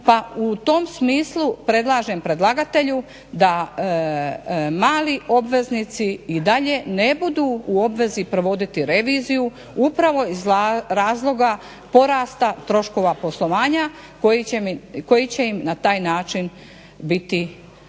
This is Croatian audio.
pa u tom smislu predlažem predlagatelju da mali obveznici i dalje ne budu u obvezi provoditi reviziju upravo iz razloga porasta troškova poslovanja koji će im na taj način biti doneseni